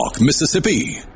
Mississippi